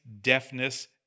deafness